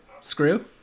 Screw